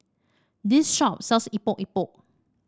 this shop sells Epok Epok